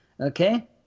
okay